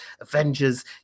Avengers